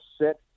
sit